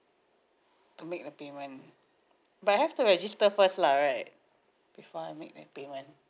to make a payment but I have to register first lah right before I make the payment